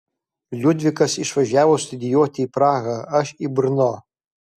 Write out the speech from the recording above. liudvikas išvažiavo studijuoti į prahą aš į brno